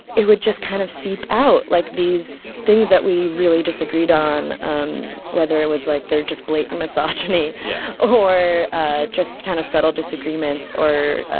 it would just kind of seep out, like, these things that we really disagreed on, um whether it was, like, their just blatant misogyny yeah or ah just kind of subtle disagreements or